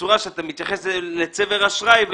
בצורה שאתה מתייחס לצבר אשראי.